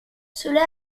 cela